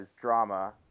drama